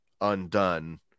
undone